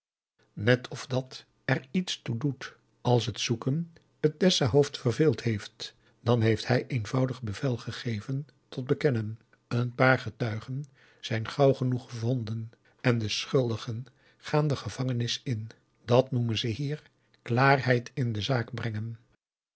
net of dat er iets toe doet als het zoeken het dessahoofd verveeld heeft dan heeft hij eenvoudig bevel gegeven tot bekennen een paar getuigen zijn gauw genoeg gevonden en de schuldigen gaan de gevangenis in dat noemen ze hier klaarheid in de zaak brengen